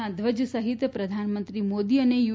ના ધ્વજ સફિત પ્રધાનમંત્રી મોદી તથા યુ